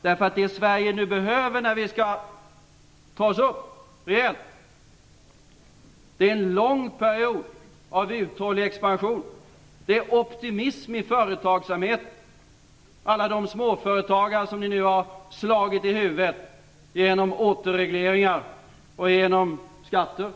Det som Sverige behöver för att verkligen ta sig upp igen är en lång period av uthållig expansion och en optimism inom företagsamheten, bland alla de småföretagare som ni nu har slagit i huvudet genom återregleringar och skatter.